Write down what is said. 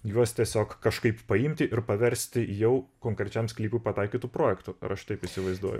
juos tiesiog kažkaip paimti ir paversti jau konkrečiam sklypui pataikytu projektu aš taip įsivaizduoju